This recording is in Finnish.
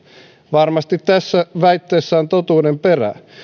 varmasti tässä väitteessä on totuuden perää